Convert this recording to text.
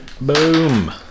boom